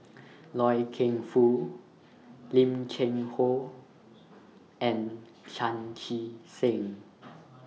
Loy Keng Foo Lim Cheng Hoe and Chan Chee Seng